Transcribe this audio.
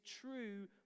true